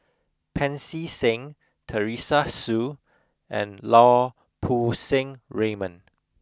Pancy Seng Teresa Hsu and Lau Poo Seng Raymond